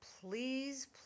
please